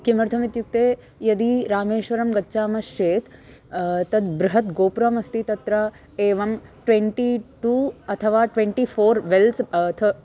किमर्थम् इत्युक्ते यदि रामेश्वरं गच्छामश्चेत् तद् बृहत् गोपुरमस्ति तत्र एवं ट्वेण्टि टु अथवा ट्वेण्टि फ़ोर् वेल्स् थ